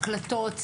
הקלטות,